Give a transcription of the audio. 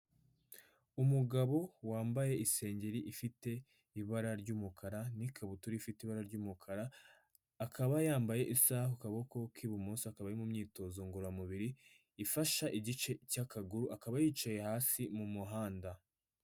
Umugabo wambaye isengeri ifite ibara ry'umukara n'ikabutura ifite ibara ry'umukara akaba yambaye isaha ku kaboko kibumoso akaba ari mumyitozo ngororamubiri ifasha igice cy'akaguru akaba yicaye hasi mu muhanda.